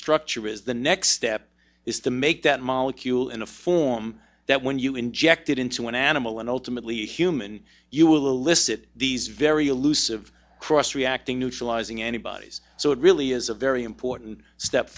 structure is the next step is to make that molecule in a form that when you inject it into an animal and ultimately a human you will list it these very elusive cross reacting neutralizing antibodies so it really is a very important step